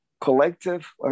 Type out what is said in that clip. collective